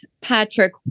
patrick